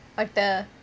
water